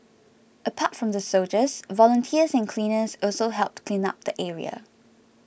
apart from the soldiers volunteers and cleaners also helped clean up the area